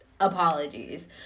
apologies